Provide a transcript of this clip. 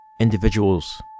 individuals